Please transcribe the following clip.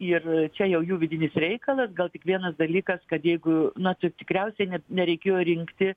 ir čia jau jų vidinis reikalas gal tik vienas dalykas kad jeigu na taip tikriausiai ne nereikėjo rinkti